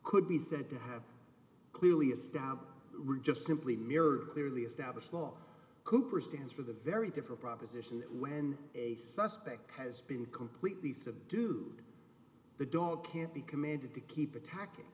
could be said to have clearly a stab really just simply mirrored clearly established law cooper stands for the very different proposition that when a suspect has been completely subdued the door can't be commanded to keep attacking